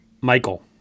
Michael